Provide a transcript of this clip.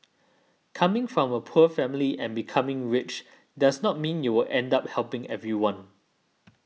coming from a poor family and becoming rich doesn't mean you will end up helping everyone